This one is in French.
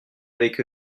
avec